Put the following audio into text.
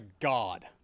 god